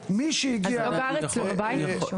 אז הוא לא גר אצלו בבית או משהו.